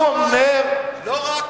הוא אומר, לא רק.